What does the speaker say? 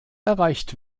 erreicht